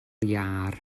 iâr